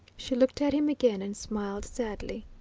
she looked at him again and smiled sadly.